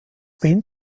bin